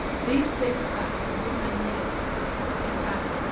these dated back a good many years in fact,